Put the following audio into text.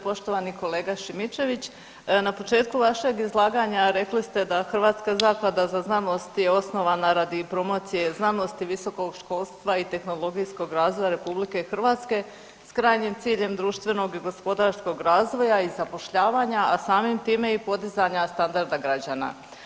Poštovani kolega Šimičević, na početku vašeg izlaganja rekli ste da Hrvatska zaklada za znanost je osnovana radi promocije znanosti i visokog školstva i tehnologijskog razvoja RH s krajnjim ciljem društvenog i gospodarskog razvoja i zapošljavanja, a samim time i podizanja standarda građana.